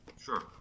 Sure